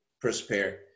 prosper